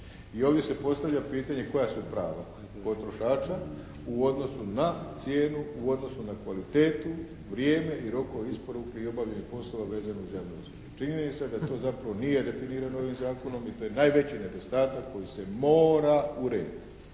I ovdje se postavlja pitanje koja su prava potrošača u odnosu na cijenu, u odnosu na kvalitetu, vrijeme i rokove isporuke i obavljanje poslova vezano uz javne usluge. Činjenica je da to zapravo nije definirano ovim Zakonom i to je najveći nedostatak koji se mora urediti